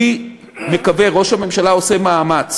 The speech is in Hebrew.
אני מקווה, ראש הממשלה עושה מאמץ